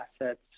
assets